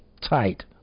tight